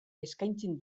eskaintzen